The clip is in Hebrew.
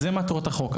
אלה מטרות החוק.